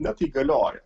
ne tai galioja